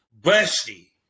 busty